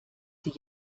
die